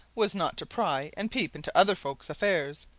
was not to pry and peep into other folks' affairs.